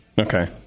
Okay